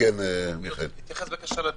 רוצה לדבר?